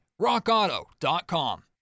rockauto.com